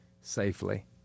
safely